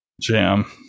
jam